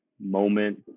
moment